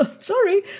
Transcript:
sorry